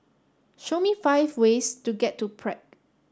show me five ways to get to Prague